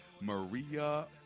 Maria